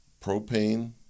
Propane